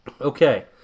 Okay